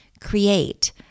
Create